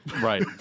Right